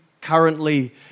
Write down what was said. currently